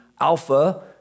alpha